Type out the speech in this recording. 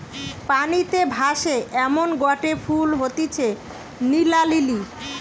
পানিতে ভাসে এমনগটে ফুল হতিছে নীলা লিলি